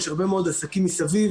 יש הרבה מאוד עסקים מסביב.